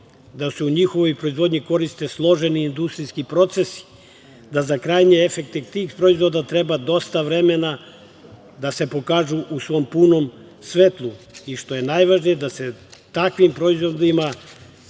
da se u njihovoj proizvodnji koriste složeni industrijski procesi, da za krajnje efekte tih proizvoda treba dosta vremena da se pokažu u svom punom svetlu i što je najvažnije da se takvim proizvodima